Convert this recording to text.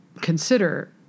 consider